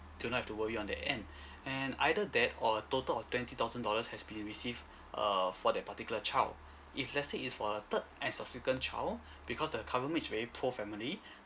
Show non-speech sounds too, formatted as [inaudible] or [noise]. do not have to worry on that end [breath] and either that or a total of twenty thousand dollars has been received err for that particular child if let's say is for the third and subsequent child because the is very poor family